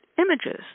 images